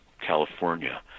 California